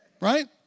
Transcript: right